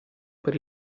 per